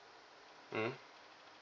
mm